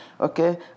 okay